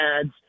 ads